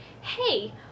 hey